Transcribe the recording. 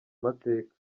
amateka